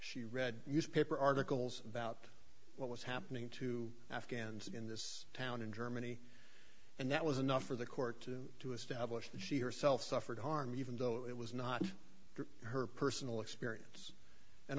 she read use paper articles about what was happening to afghans in this town in germany and that was enough for the court to establish that she herself suffered harm even though it was not her personal experience and